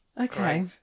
Okay